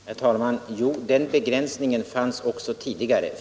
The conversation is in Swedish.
Herr talman! Jo, den begränsningen fanns också tidigare.